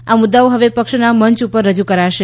આ મુદ્દાઓ હવે પક્ષના મંચ ઉપર રજૂ કરાશે